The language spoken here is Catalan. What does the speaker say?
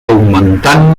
augmentant